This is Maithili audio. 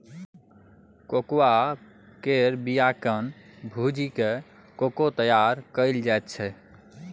कोकोआ केर बिया केँ भूजि कय कोको तैयार कएल जाइ छै